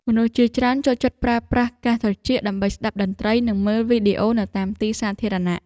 មនុស្សជាច្រើនចូលចិត្តប្រើប្រាស់កាសត្រចៀក ដើម្បីស្តាប់តន្ត្រី ឬមើលវីដេអូនៅតាមទីសាធារណៈ។